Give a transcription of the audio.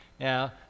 Now